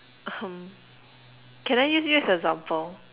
can I use you as an example